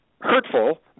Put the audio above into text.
hurtful